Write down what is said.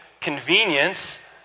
convenience